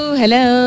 hello